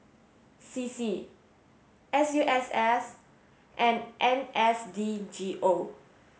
C C S U S S and N S D G O